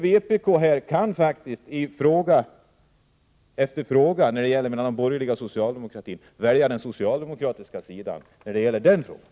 Vpk kan faktiskt i fråga efter fråga i valet mellan den borgerliga och den socialdemokratiska sidan välja den socialdemokratiska.